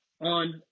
on